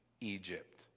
Egypt